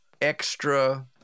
extra